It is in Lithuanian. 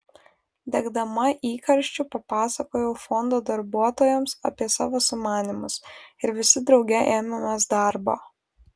degdama įkarščiu papasakojau fondo darbuotojams apie savo sumanymus ir visi drauge ėmėmės darbo